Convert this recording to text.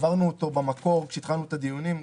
העברנו אותו במקור כשהתחלנו את הדיונים.